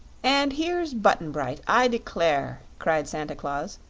and here's button-bright, i declare! cried santa claus,